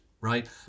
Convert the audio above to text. Right